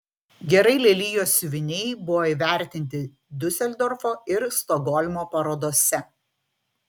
gerai lelijos siuviniai buvo įvertinti diuseldorfo ir stokholmo parodose